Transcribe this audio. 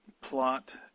plot